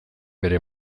bere